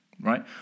Right